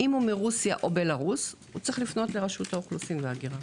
אם מרוסיה או בלרוס צריך לפנות לרשות האוכלוסין וההגירה.